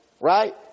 right